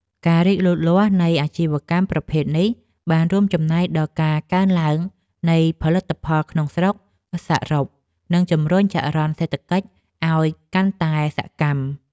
ការរីកលូតលាស់នៃអាជីវកម្មប្រភេទនេះបានរួមចំណែកដល់ការកើនឡើងនៃផលិតផលក្នុងស្រុកសរុប និងជម្រុញចរន្តសេដ្ឋកិច្ចឲ្យកាន់តែសកម្ម។